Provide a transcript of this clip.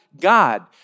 God